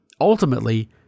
Ultimately